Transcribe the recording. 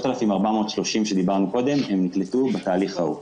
3,434 הבקשות שעליהן דיברנו קודם נקלטו בתהליך ההוא.